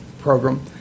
program